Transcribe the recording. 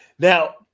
Now